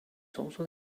also